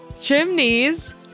chimneys